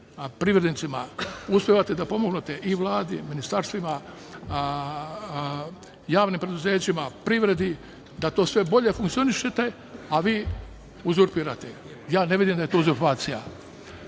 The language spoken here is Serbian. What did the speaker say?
privrednicima uspevate da pomognete i Vladi i ministarstvima, javnim preduzećima, privredi da sve to bolje funkcioniše, a vi uzurpirate. Ja ne vidim da je to uzurpacija.